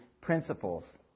principles